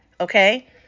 Okay